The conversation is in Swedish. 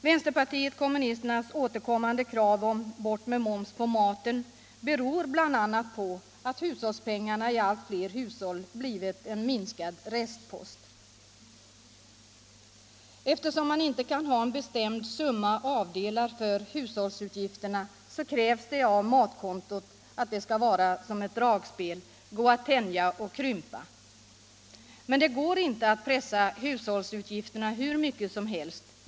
Vänsterpartiet kommunisternas återkommande krav på ”bort med moms på maten” beror bl.a. på att hushållspengarna i allt fler hushåll har blivit en minskande restpost. Eftersom man inte kan ha en bestämd summa avdelad för hushållsutgifterna krävs det att matkontot skall vara som ett dragspel — det skall gå att tänja och krympa. Men det går inte att pressa hushållsutgifterna hur mycket som helst.